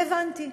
והבנתי.